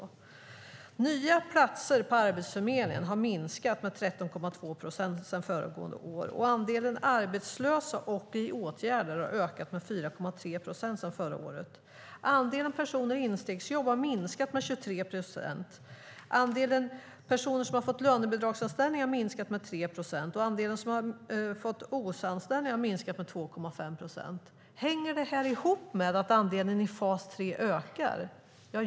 Andelen nya platser på Arbetsförmedlingen har minskat med 13,2 procent sedan föregående år, och andelen arbetslösa och i åtgärder har ökat med 4,3 procent sedan förra året. Andelen personer i instegsjobb har minskat med 23 procent. Andelen personer som har fått lönebidragsanställningar har minskat med 3 procent, och andelen som har fått OSA-anställningar har minskat med 2,5 procent. Hänger detta ihop med att andelen i fas 3 ökar?